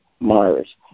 Mars